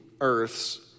earths